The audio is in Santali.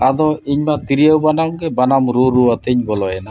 ᱟᱫᱚ ᱤᱧᱢᱟ ᱛᱤᱨᱭᱳᱵᱟᱱᱟᱢ ᱜᱮ ᱵᱟᱱᱟᱢ ᱨᱩᱻᱨᱩᱣᱟᱛᱮᱧ ᱵᱚᱞᱚᱭᱮᱱᱟ